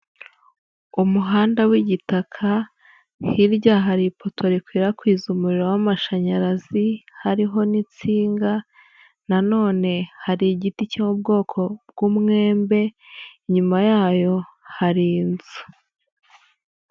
Umuhanda w'igitaka, hirya hari ipoto rikwirakwiza umuriro w'amashanyarazi hariho n'insinga, na none hari igiti cy'ubwoko bw'umwembe, inyuma yayo hari inzu.